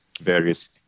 various